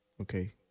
Okay